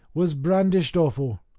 was brandished awful.